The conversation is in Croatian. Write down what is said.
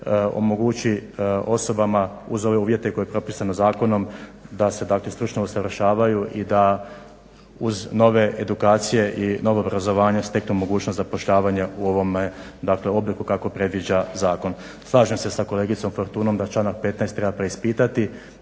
omogući osobama uz ove uvjete koje je propisano zakonom da se dakle stručno usavršavaju i da uz nove edukacije i novo obrazovanje steknu mogućnost zapošljavanja u ovome dakle obliku kako predviđa zakon. Slažem se sa kolegicom Fortunom da članak 15. treba preispitati,